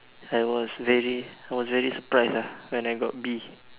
I was very I was very surprised ah when I got B